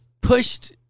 pushed